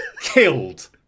killed